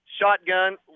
Shotgun